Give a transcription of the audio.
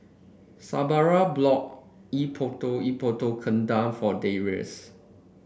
Sabra bought Epok Epok Kentang for Darrius